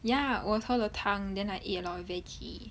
ya 我喝了汤 then I eat a lot of veggie